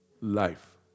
life